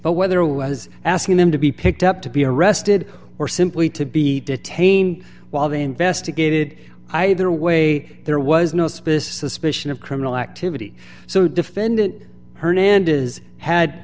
but whether it was asking them to be picked up to be arrested or simply to be detained while they investigated either way there was no space suspicion of criminal activity so defendant hernandez is had